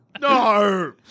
No